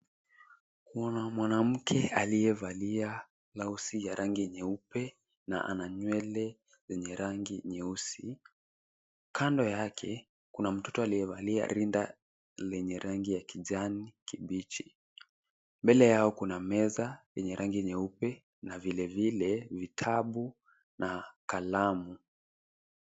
Kuna mwanamke aliyevalia blauzi ya rangi nyeupe na ana nywele zenye rangi nyeusi. Kando yake kuna mtoto aliyevalia rinda lenye rangi ya kijani kibichi. Mbele yao kuna meza yenye rangi nyeupe na vile vile vitabu na kalamu.